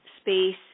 space